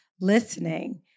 listening